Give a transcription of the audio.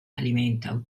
alimenta